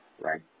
right